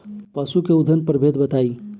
पशु के उन्नत प्रभेद बताई?